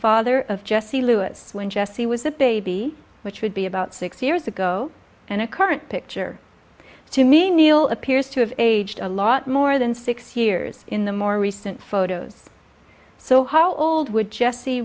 father of jesse lewis when jesse was a baby which would be about six years ago and a current picture to me neal appears to have aged a lot more than six years in the more recent photos so how old would jesse